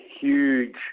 huge